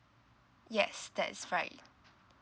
yes that's right